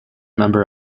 member